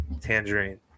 Tangerine